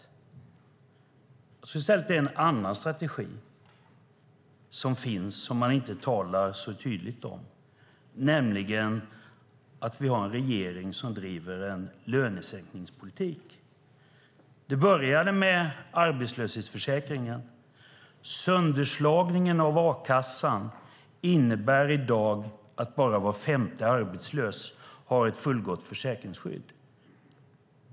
Jag tror i stället att regeringen har en annan strategi som man inte talar så högt om, nämligen att man driver en lönesänkningspolitik. Det började med arbetslöshetsförsäkringen. Sönderslagningen av a-kassan innebär i dag att bara var femte arbetslös har ett fullgott försäkringsskydd.